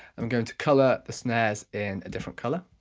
i'm going to colour the snares in a different colour.